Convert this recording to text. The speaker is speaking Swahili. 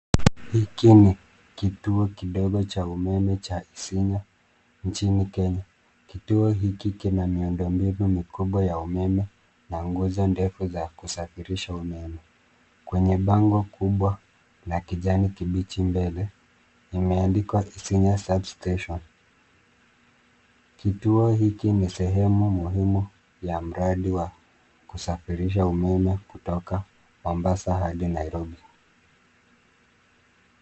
Hiki ni kituo kidogo cha umeme cha Isinya nchini Kenya. Kituo hiki kina miundombinu mikubwa ya umeme na nguzo ndefu za kusafirisha umeme. Kwenye bango kubwa la kijani kibichi mbele, imeandikwa Isinya substation . Kituo hiki ni sehemu muhimu ya mradi wa kusafirisha umeme kutoka Mombasa hadi Nairobi.